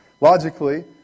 logically